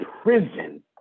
prison